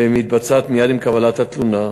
והיא מתבצעת מייד עם קבלת התלונה.